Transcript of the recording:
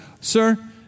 Sir